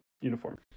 uniform